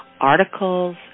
articles